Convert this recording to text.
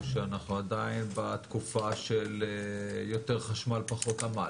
או שאנחנו עדיין בתקופה של יתר חשמל, פחות עמל?